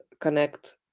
connect